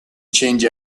change